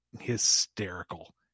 hysterical